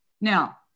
Now